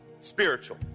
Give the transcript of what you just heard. spiritual